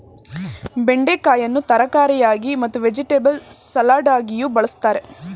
ಬೆಂಡೆಕಾಯಿಯನ್ನು ತರಕಾರಿಯಾಗಿ ಮತ್ತು ವೆಜಿಟೆಬಲ್ ಸಲಾಡಗಿಯೂ ಬಳ್ಸತ್ತರೆ